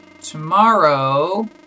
Tomorrow